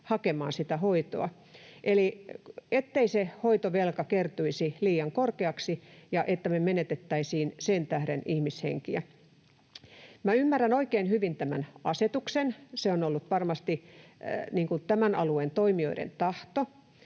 hakemaan sitä hoitoa — ettei se hoitovelka kertyisi liian korkeaksi ja ettemme me menettäisi sen tähden ihmishenkiä. Minä ymmärrän oikein hyvin tämän asetuksen. Se on ollut varmasti tämän alueen toimijoiden tahto,